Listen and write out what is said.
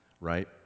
right